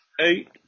eight